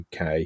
UK